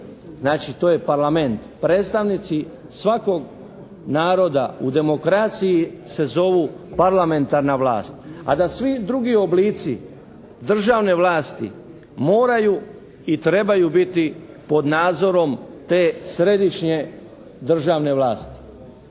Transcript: Znači to je parlament. Predstavnici svakog naroda u demokraciji se zovu parlamentarna vlast, a da svi drugi oblici državne vlasti moraju i trebaju biti pod nadzorom te središnje državne vlasti.